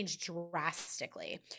drastically